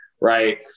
right